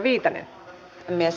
arvoisa puhemies